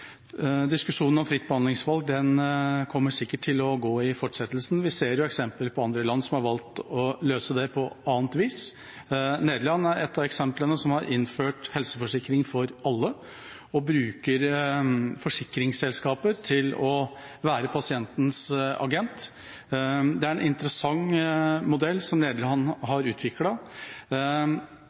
Diskusjonen om fritt behandlingsvalg kommer sikkert til å fortsette videre. Vi ser jo eksempler på andre land som har valgt å løse det på annet vis. Nederland er et av eksemplene og hvor man har innført helseforsikring for alle, og bruker forsikringsselskaper til å være pasientens agent. Det er en interessant modell som Nederland har